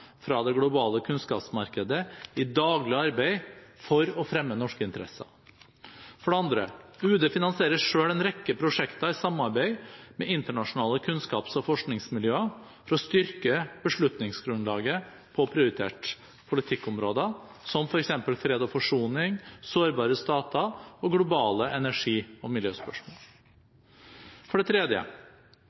fra det globale kunnskapsmarkedet i daglig arbeid for å fremme norske interesser. For det andre: Utenriksdepartementet finansierer selv en rekke prosjekter i samarbeid med internasjonale kunnskaps- og forskningsmiljøer for å styrke beslutningsgrunnlaget på prioriterte politikkområder, som f. eks. fred og forsoning, sårbare stater og globale energi- og miljøspørsmål. For det tredje: